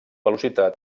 velocitat